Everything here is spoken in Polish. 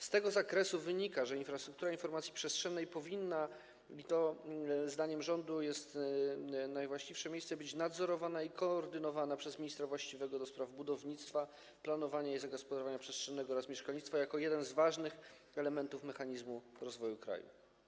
Z tego zakresu wynika, że infrastruktura informacji przestrzennej powinna, i to zdaniem rządu jest najwłaściwsze miejsce, być nadzorowana i koordynowana przez ministra właściwego do spraw budownictwa, planowania i zagospodarowania przestrzennego oraz mieszkalnictwa jako jeden z ważnych elementów mechanizmu rozwoju kraju.